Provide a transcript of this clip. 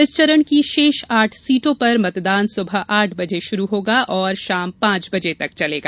इस चरण की शेष आठ सीटो पर मतदान सुबह आठ बजे शुरू होगा और शाम पांच बजे तक चलेगा